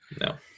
no